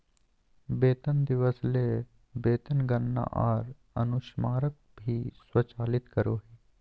वेतन दिवस ले वेतन गणना आर अनुस्मारक भी स्वचालित करो हइ